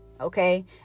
okay